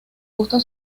justo